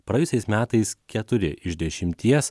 praėjusiais metais keturi iš dešimties